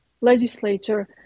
legislature